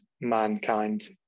mankind